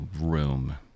room